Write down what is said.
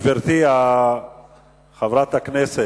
גברתי חברת הכנסת,